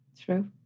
True